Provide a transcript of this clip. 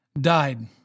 died